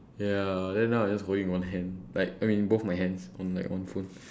ya then now I just holding on one hand like I mean both my hands on like one phone